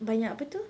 apa tu